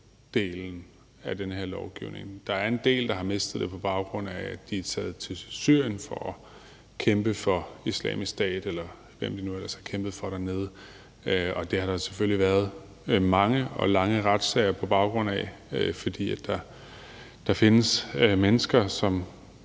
til den her lovgivning. Men der er en del, der har mistet det på baggrund af, at de er taget til Syrien for at kæmpe for Islamisk Stat, eller hvem de nu ellers har kæmpet for dernede, og det har der selvfølgelig været mange og lange retssager på baggrund af, fordi der findes mennesker, som